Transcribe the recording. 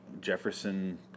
Jefferson